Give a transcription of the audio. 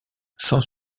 sans